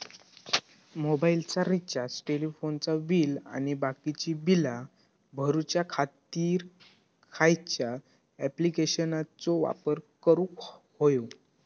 मोबाईलाचा रिचार्ज टेलिफोनाचा बिल आणि बाकीची बिला भरूच्या खातीर खयच्या ॲप्लिकेशनाचो वापर करूक होयो?